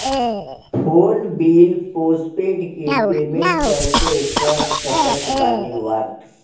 Phone bill postpaid के payment कैसे कर सकत बानी?